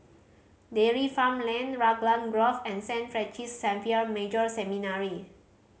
Dairy Farm Lane Raglan Grove and Saint Francis Xavier Major Seminary